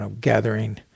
gathering